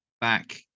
back